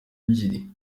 ebyiri